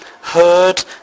heard